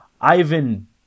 Ivan